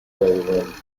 link